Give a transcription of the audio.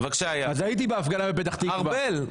בבקשה, אייל.